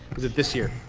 was it this year?